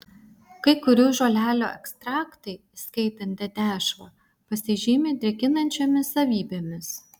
kai kurių žolelių ekstraktai įskaitant dedešvą pasižymi drėkinančiomis savybėmis